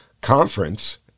conference